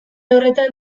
horretan